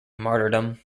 martyrdom